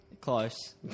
Close